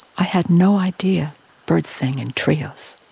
i had no idea birds sang in trios.